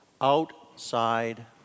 Outside